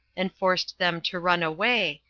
and forced them to run away,